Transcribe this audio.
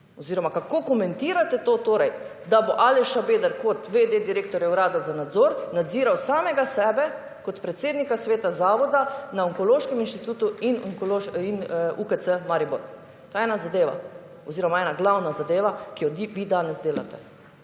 oziroma kako komentirate to, da bo Aleš Šabeder kot v.d. direktor urada za nadzor nadziral samega sebe kot predsednika sveta zavoda na Onkološkem inštitutu in UKC Maribor. To je ena zadeva oziroma ena glavna zadeva, ki jo bi danes delate.